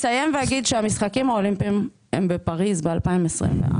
אני אסיים ואומר שמהשחקים האולימפיים הם בפריס בשנת 2024